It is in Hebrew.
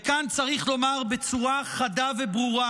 וכאן צריך לומר בצורה חדה וברורה: